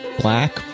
Black